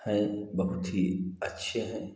हैं बहुत ही अच्छे हैं